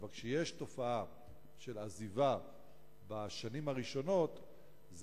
אבל כשיש תופעה של עזיבה בשנים הראשונות,